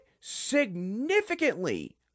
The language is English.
significantly